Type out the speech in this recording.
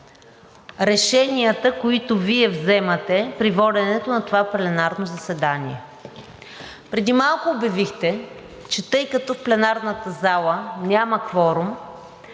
решенията, които Вие взимате при воденето на това пленарно заседание. Преди малко обявихте, че тъй като в пленарната зала няма кворум,